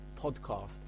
podcast